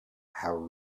how